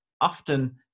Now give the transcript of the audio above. often